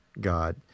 God